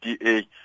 DA